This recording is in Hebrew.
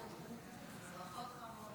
נתקבל.